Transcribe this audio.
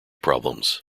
problems